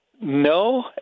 no